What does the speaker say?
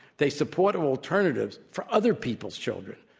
they support alternatives for other people's children.